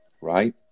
right